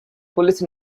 police